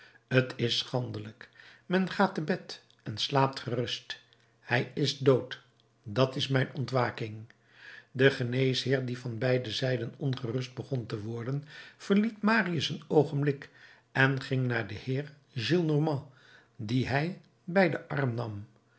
t is schandelijk men gaat te bed en slaapt gerust hij is dood dat is mijn ontwaking de geneesheer die van beide zijden ongerust begon te worden verliet marius een oogenblik en ging naar den heer gillenormand dien hij bij den arm nam